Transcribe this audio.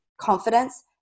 confidence